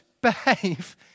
behave